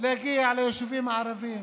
בהגעה ליישובים הערביים.